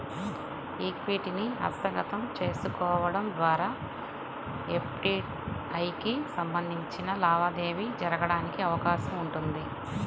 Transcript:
ఈక్విటీని హస్తగతం చేసుకోవడం ద్వారా ఎఫ్డీఐకి సంబంధించిన లావాదేవీ జరగడానికి అవకాశం ఉంటుంది